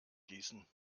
gießen